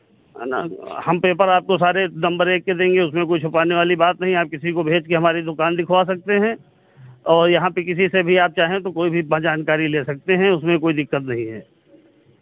है ना हम पेपर आपको सारे नंबर एक के देंगे उसमें कोई छुपाने वाली बात नहीं आप किसी को भेज के हमारी दुकान दिखवा सकते हैं और यहाँ पे किसी से भी आप चाहें तो कोई भी जानकारी ले सकते हैं उसमें कोई दिक्कत नहीं है